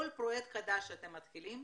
כל פרויקט חדש שאתם מתחילים,